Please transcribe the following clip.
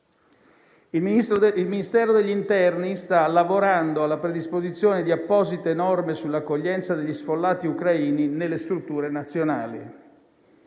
Il Ministero dell'interno sta lavorando alla predisposizione di apposite norme sull'accoglienza degli sfollati ucraini nelle strutture nazionali.